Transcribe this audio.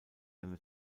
eine